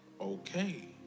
Okay